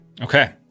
Okay